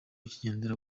kigendera